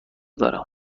دارم